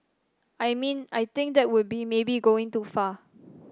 I mean I think that would be maybe going too far